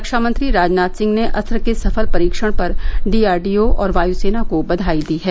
रक्षामंत्री राजनाथ सिंह ने अस्त्र के सफल परीक्षण पर डी आर डी ओ और वायुसेना को बधाई दी है